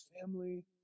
family